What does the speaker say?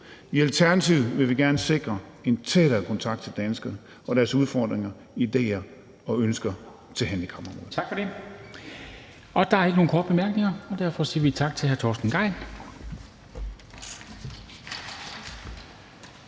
I Alternativet vil vi gerne sikre en tættere kontakt til danskerne og deres udfordringer, idéer og ønsker til handicapområdet.